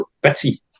betty